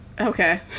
Okay